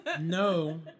no